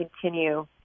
continue